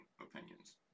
opinions